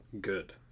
good